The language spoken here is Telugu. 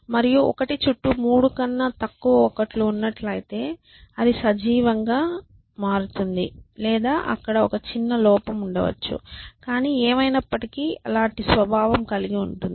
మరియు 1 చుట్టూ మూడు కన్నా తక్కువ 1 లు ఉన్నట్లయితే అది సజీవంగా మారుతుంది లేదా అక్కడ ఒక చిన్న లోపం ఉండవచ్చు కానీ ఏమైనప్పటికీ అలాంటి స్వభావం కలిగి ఉంటుంది